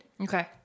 Okay